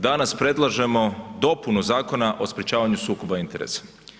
Danas predlažemo dopunu Zakona o sprečavanju sukoba interesa.